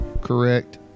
Correct